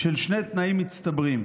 של שני תנאים מצטברים: